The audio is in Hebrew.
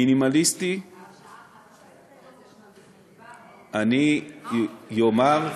השעה 01:00, אני אומר,